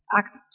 act